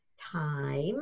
Time